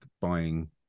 buying